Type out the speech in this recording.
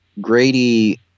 Grady